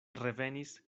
revenis